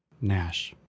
Nash